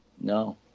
no